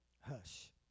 hush